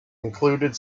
included